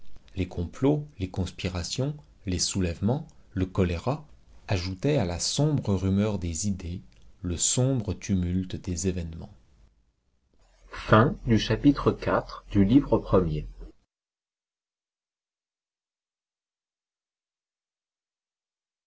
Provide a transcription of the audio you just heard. les complots les conspirations les soulèvements le choléra ajoutaient à la sombre rumeur des idées le sombre tumulte des événements chapitre